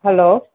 hello